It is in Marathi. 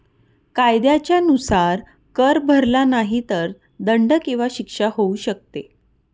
कायद्याच्या नुसार, कर भरला नाही तर दंड किंवा शिक्षा होऊ शकते